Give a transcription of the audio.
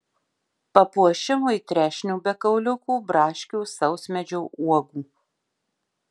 papuošimui trešnių be kauliukų braškių sausmedžio uogų